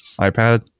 iPad